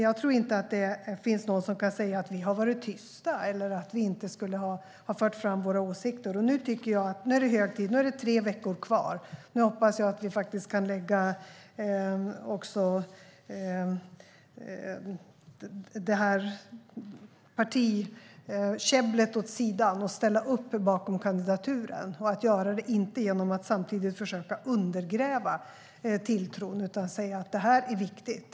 Jag tror inte att någon kan säga att vi har varit tysta eller att vi inte skulle ha fört fram våra åsikter. Nu är det hög tid. Det är tre veckor kvar. Jag hoppas att vi kan lägga partikäbblet åt sidan och ställa upp bakom kandidaturen - inte genom att samtidigt försöka undergräva tilltron utan genom att säga att detta är viktigt.